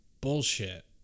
bullshit